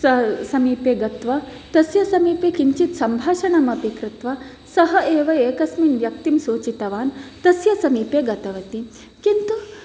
समीपे गत्वा तस्य समीपे किञ्चित् संभाषणमपि कृत्वा सः एव एकस्मिन् व्यक्तिं सूचितवान् तस्य समीपे गतवती किन्तु